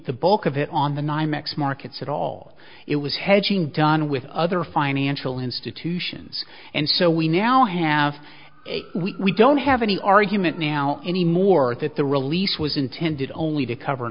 the bulk of it on the nymex markets at all it was hedging done with other financial institutions and so we now have we don't have any argument now anymore that the release was intended only to cover